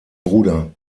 bruder